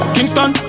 Kingston